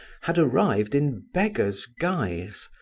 had arrived in beggar's guise,